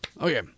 Okay